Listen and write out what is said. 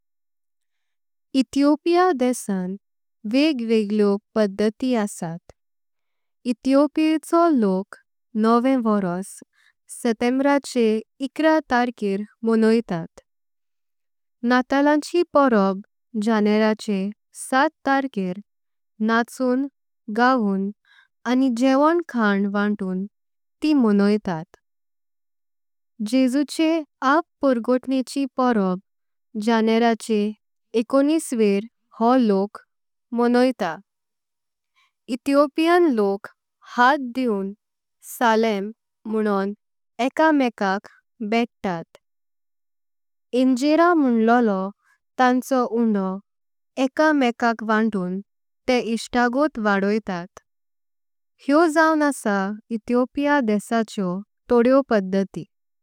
इथियोपिया देशांत वेग वेगळेा पद्धती आसात। इथियोपियाचो लोक नवे वरोस सेतेंबराचे एकरा। तारकेर मोणीतात नाताळांचि परब जनराचे सात। तारकेर नाचून गाऊन आनी जेवण खाऊन वांटून। तिं मोणीतात जेजूचे ऐप परगोटनेची परब जनराचे। एकोनिसवेरे हो लू मोणीतात इथियोपियन लोक हात। देऊन सलेम म्होनोन एका मेकाक भेततात इंजेर। म्होनल्लो तांचा उन्दो एका मेकाक वांटून तें इस्तागोठ। वाढोतात हे जाउं असा इथियोपिया देशाचे तोदेो पद्धती।